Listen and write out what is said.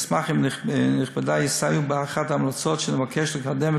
נשמח אם נכבדי יסייעו באחת ההמלצות שנבקש לקדם,